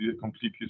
completely